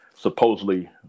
supposedly